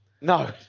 No